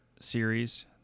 series